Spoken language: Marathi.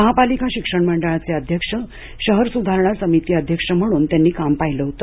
महापालिका शिक्षण मंडळाचे अध्यक्ष शहर सुधारणा समिती अध्यक्ष म्हणून त्यांनी काम पाहिल होत